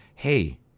hey